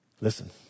Listen